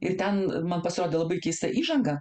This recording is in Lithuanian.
ir ten man pasirodė labai keista įžanga